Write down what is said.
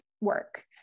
work